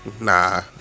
nah